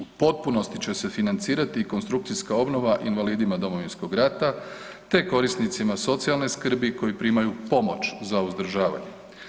U potpunosti će se financirati i konstrukcijska obnove i invalidima Domovinskog rata te korisnicima socijalne skrbi koji primaju pomoć za uzdržavanje.